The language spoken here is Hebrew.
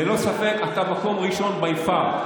ללא ספק אתה מקום ראשון by far.